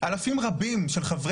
אנחנו מאוד מתחברים לנושא